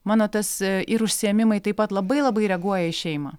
mano tas ir užsiėmimai taip pat labai labai reaguoja į šeimą